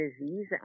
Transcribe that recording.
disease